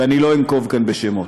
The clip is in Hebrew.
ואני לא אנקוב כאן בשמות.